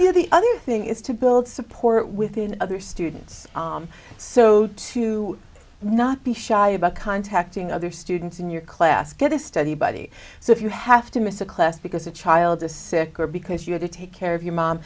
did the other thing is to build support within other students so to not be shy about contacting other students in your class get to study body so if you have to miss a class because a child is sick or because you have to take care of your mom